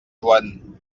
joan